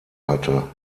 hatte